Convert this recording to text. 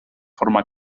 forma